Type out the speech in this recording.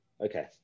Okay